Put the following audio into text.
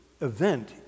event